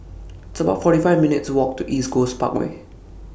It's about forty five minutes' Walk to East Coast Parkway